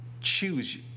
choose